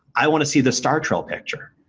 i want to see the star trail picture.